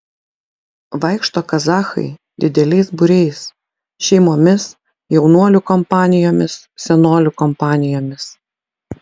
vaikšto kazachai dideliais būriais šeimomis jaunuolių kompanijomis senolių kompanijomis